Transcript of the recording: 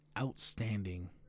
outstanding